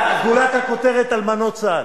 גולת הכותרת, אלמנות צה"ל.